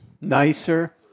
Nicer